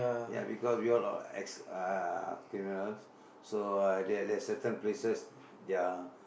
ya because we all are ex uh criminals so there there are certain places they are